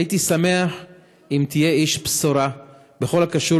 הייתי שמח אם תהיה איש בשורה בכל הקשור